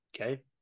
Okay